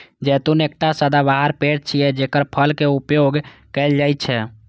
जैतून एकटा सदाबहार पेड़ छियै, जेकर फल के उपयोग कैल जाइ छै